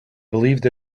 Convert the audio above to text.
believed